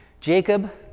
jacob